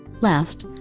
last,